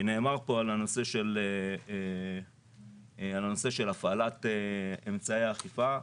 דובר פה על הנושא של הפעלת אמצעי האכיפה.